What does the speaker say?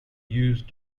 used